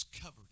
covered